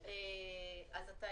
אז יכול